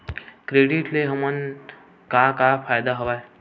Credit ले हमन का का फ़ायदा हवय?